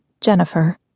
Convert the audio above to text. Jennifer